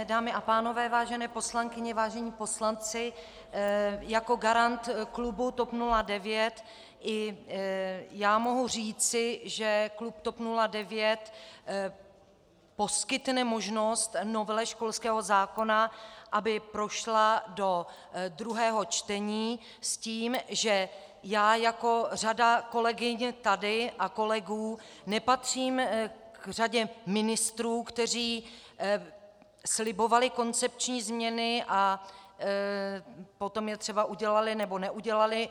Dámy a pánové, vážené poslankyně, vážení poslanci, jako garant klubu TOP 09 i já mohu říci, že klub TOP 09 poskytne možnost novele školského zákona, aby prošla do 2. čtení, s tím, že já jako řada kolegyň tady a kolegů nepatřím k řadě ministrů, kteří slibovali koncepční změny a potom je třeba udělali nebo neudělali.